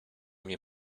mnie